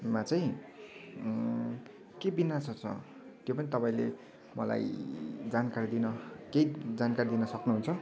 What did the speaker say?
मा चाहिँ के भिन्नासो छ त्यो पनि तपाईँले मलाई जानकारी दिन के जानकारी दिन सक्नुहुन्छ